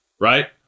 right